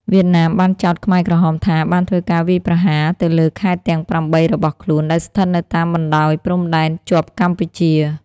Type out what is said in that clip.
វៀតណាមបានចោទខ្មែរក្រហមថាបានធ្វើការវាយប្រហារទៅលើខេត្តទាំងប្រាំបីរបស់ខ្លួនដែលស្ថិតនៅតាមបណ្តោយព្រំដែនជាប់កម្ពុជា។